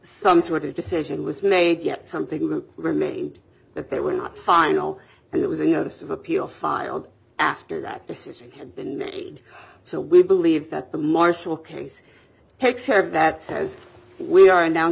some sort of decision was made yet something will remain that they were not final and it was a notice of appeal filed after that decision had been made so we believe that the marshal case takes care of that says we are